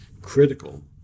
critical